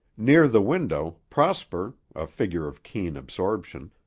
near the window, prosper, a figure of keen absorption,